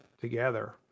together